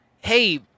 hey